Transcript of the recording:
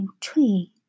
tree